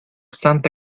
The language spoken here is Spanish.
santa